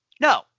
No